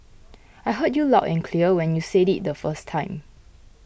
I heard you loud and clear when you said it the first time